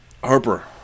Harper